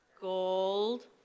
Gold